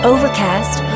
Overcast